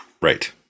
Right